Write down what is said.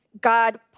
God